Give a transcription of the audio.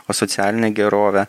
o socialinę gerovę